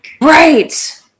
right